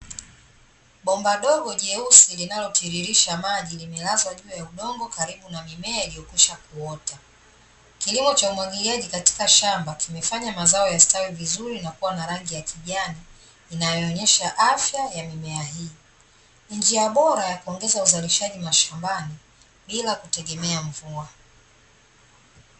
Bomba dogo jeusi linalotiririsha maji, limelazwa juu ya udongo karibu na mimea iliyokwisha kuota. Kilimo cha umwagiliaji katika shamba kimefanya mazao yastawi vizuri na kuwa na rangi ya kijani, inayoonyesha afya ya mimea hii. Ni njia bora ya kuongeza uzalishaji mashambani bila kutegemea mvua.